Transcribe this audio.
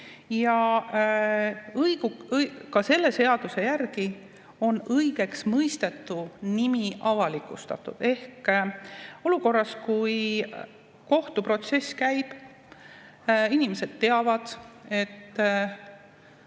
Ka selle seaduse järgi on õigeksmõistetu nimi avalikustatud. Ehk olukorras, kus kohtuprotsess käib, tänu sellele, et